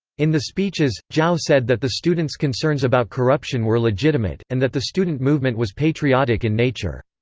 in the speeches, zhao said that the student's concerns about corruption were legitimate, and that the student movement was patriotic in nature.